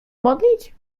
modlić